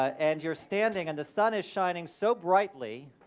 ah and you're standing and the sun is shining so brightly